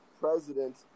President